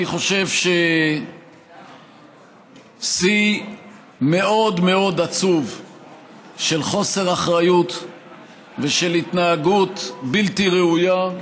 אני חושב ששיא מאוד מאוד עצוב של חוסר אחריות ושל התנהגות בלתי ראויה,